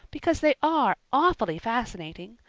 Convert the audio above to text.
because they are awfully fascinating.